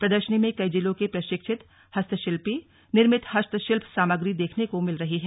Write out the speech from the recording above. प्रदर्शनी में कई जिलों के प्रशिक्षित हस्तशिल्पी निर्मित हस्तशिल्प सामग्री देखने को मिल रही हैं